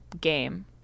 game